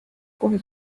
kohe